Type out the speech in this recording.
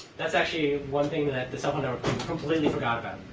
that's actually one thing that the cell phone network completely forgot about.